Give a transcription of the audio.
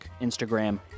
Instagram